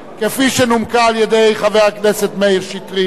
כפי שנומקה על-ידי חבר הכנסת מאיר שטרית,